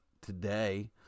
today